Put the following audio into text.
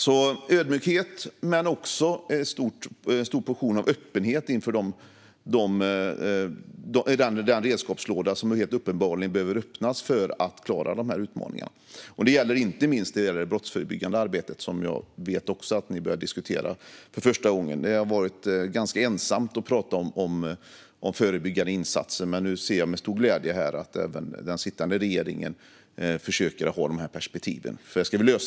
Det behövs ödmjukhet och en stor portion öppenhet inför den redskapslåda som uppenbarligen behöver öppnas för att klara utmaningarna, och det gäller inte minst det brottsförebyggande arbetet som jag vet att också ni för första gången har börjat diskutera. Det har varit ganska ensamt att prata om förebyggande insatser, men nu ser jag med stor glädje att även den sittande regeringen försöker ha de här perspektiven.